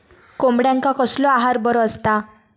कोंबड्यांका कसलो आहार बरो असता?